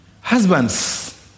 Husbands